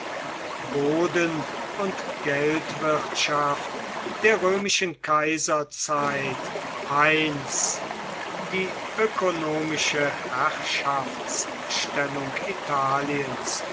boden und geldwirtschaft der römischen kaiserzeit die ökonomische herrschaftsstellung italiens